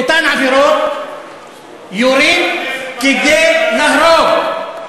באותן עבירות, יורים כדי להרוג.